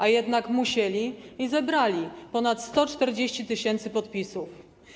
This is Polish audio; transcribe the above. A jednak musieli i zebrali ponad 140 tys. podpisów.